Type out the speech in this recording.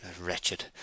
wretched